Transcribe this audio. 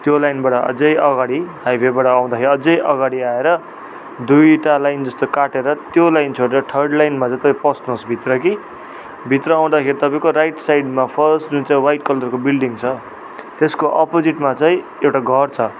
त्यो लाइनबाट अझै अगाडि हाइवेबाट आउँदाखेरि अझै अगाडि आएर दुइटा लाइनजस्तो काटेर त्यो लाइन छोडेर थर्ड लाइनमा चाहिँ तपाईँ पस्नुहोस् भित्र कि भित्र आउँदाखेरि तपाईँको राइट साइडमा फस्ट जुन चाहिँ वाइट कलरको बिल्डिङ छ त्यसको अपोजिटमा चाहिँ एउटा घर छ